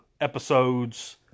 episodes